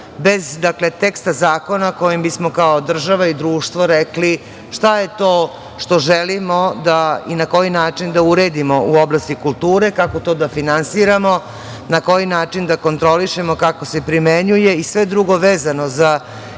bez teksta zakona kojim bismo kao država i društvo rekli šta je to želimo i na koji način da uredimo u oblasti kulture, kako to da finansiramo, na koji način da kontrolišemo, kako se primenjuje i sve drugo vezano za zakone